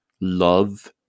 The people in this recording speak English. love